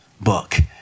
book